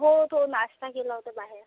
हो तो नाश्ता केला होता बाहेर